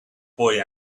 boy